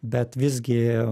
bet visgi